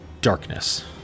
darkness